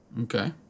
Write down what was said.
Okay